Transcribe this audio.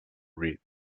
read